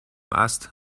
ast